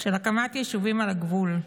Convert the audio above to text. של הקמת יישובים על הגבול.